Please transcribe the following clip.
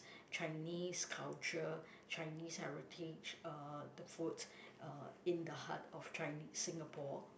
Chinese culture Chinese heritage uh the food uh in the heart of Chine~ Singapore